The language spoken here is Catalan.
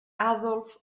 adolf